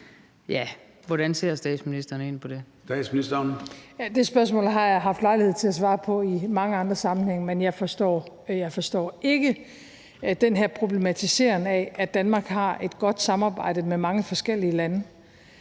Kl. 00:19 Statsministeren (Mette Frederiksen): Det spørgsmål har jeg haft lejlighed til at svare på i mange andre sammenhænge, men jeg forstår ikke den her problematiseren af, at Danmark har et godt samarbejde med mange forskellige lande.